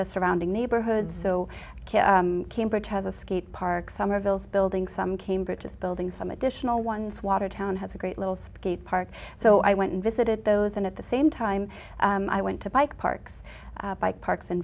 the surrounding neighborhoods so cambridge has a skate park somerville's building some cambridge is building some additional ones watertown has a great little skate park so i went and visited those and at the same time i went to bike parks bike parks in